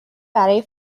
برای